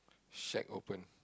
shack open